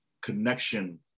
connection